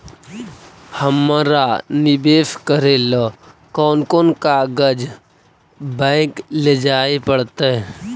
हमरा निवेश करे ल कोन कोन कागज बैक लेजाइ पड़तै?